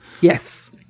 Yes